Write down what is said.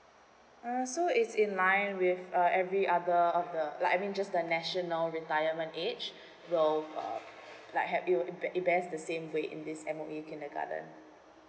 uh so it's in line with uh every other of the like I mean just the national retirement age will like help you it it went the same way in this M_O_E kindergarten